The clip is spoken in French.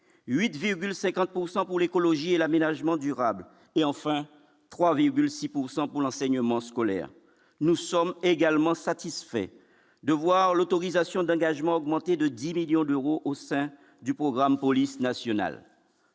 pour l'écologie et l'aménagement durable et enfin 3,6 pourcent pour l'enseignement scolaire, nous sommes également satisfait de voir l'autorisation d'engagement, augmenté de 10 millions d'euros au sein du programme police nationale